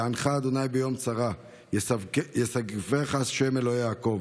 יענך ה' ביום צרה ישגבך שם אלהי יעקב.